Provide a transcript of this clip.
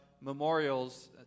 memorials